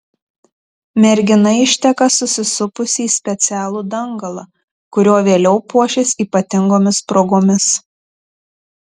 mergina išteka susisupusi į specialų dangalą kuriuo vėliau puošis ypatingomis progomis